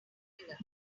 popular